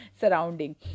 surrounding